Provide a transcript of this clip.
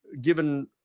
given